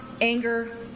anger